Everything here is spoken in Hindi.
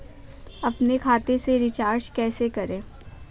अपने खाते से रिचार्ज कैसे करें?